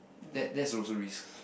that that's also risk